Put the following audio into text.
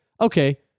okay